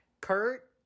Kurt